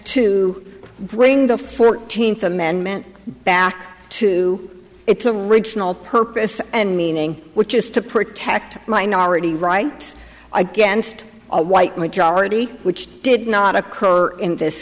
to bring the fourteenth amendment back to its original purpose and meaning which is to protect minority rights against a white majority which did not occur in this